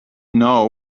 know